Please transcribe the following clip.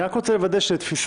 אני רק רוצה לוודא שלתפיסתם,